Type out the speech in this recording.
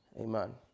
Amen